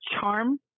charm